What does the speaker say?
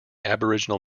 aboriginal